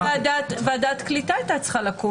אני הייתי מעדיפה שוועדת הקליטה הייתה קמה,